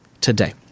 today